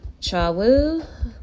Chawu